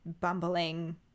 bumbling